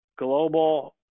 Global